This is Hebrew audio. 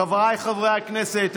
חבריי חברי הכנסת,